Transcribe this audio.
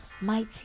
mighty